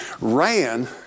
ran